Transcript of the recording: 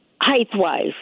height-wise